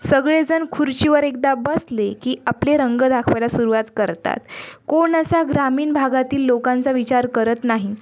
सगळेजण खुर्चीवर एकदा बसले की आपले रंग दाखवायला सुरुवात करतात कोण असा ग्रामीण भागातील लोकांचा विचार करत नाही